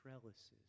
trellises